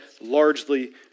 largely